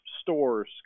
stores